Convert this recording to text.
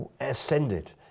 ascended